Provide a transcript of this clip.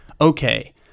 okay